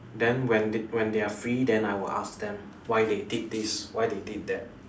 then when they when they are free then I will ask them why they did this why they did that